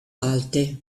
alte